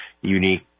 unique